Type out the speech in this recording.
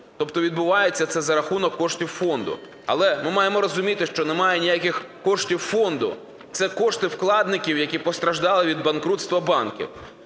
Тобто відбувається це за рахунок коштів фонду. Але ми маємо розуміти, що немає ніяких коштів фонду. Це кошти вкладників, які постраждали від банкрутства банків.